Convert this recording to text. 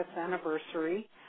anniversary